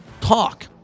Talk